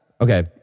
okay